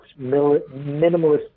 minimalist